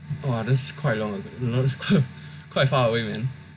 !wah! that's quite long quite far away man